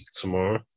tomorrow